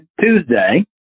Tuesday